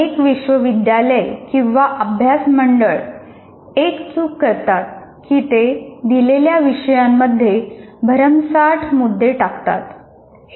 अनेक विश्वविद्यालय किंवा अभ्यास मंडळे एक चूक करतात की ते दिलेल्या विषयांमध्ये भरमसाठ मुद्दे टाकतात